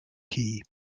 key